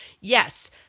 yes